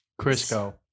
Crisco